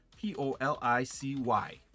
P-O-L-I-C-Y